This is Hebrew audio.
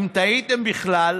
אם תהיתם בכלל,